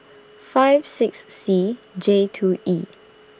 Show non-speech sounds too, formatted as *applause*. *noise* five six C J two E